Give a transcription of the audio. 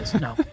No